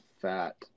Fat